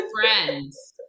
friends